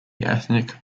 ethnic